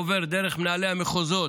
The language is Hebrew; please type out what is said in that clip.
עובר דרך מנהלי המחוזות,